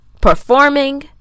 performing